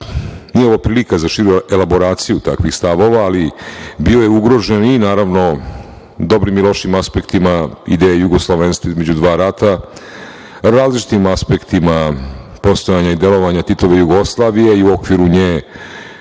nije ovo prilika za širu elaboraciju takvih stavova, ali bio je ugrožen i naravno dobrim i lošim aspektima ideje jugoslovenstva između dva rata, različitim aspektima postojanja i delovanja Titove Jugoslavije i o u okviru nje